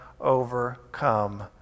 overcome